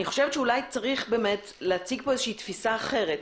אני חושבת שאולי צריך להציג פה תפיסה אחרת,